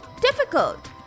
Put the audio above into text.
difficult